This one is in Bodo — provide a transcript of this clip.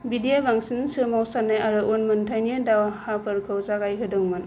बिदिया बांसिन सोमावसारनाय आरो उनमोनथाइनि दावहाफोरखौ जागायहोदोंमोन